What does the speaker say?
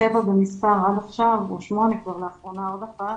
שבע במספר, לאחרונה שמונה כי פתחנו עוד אחת,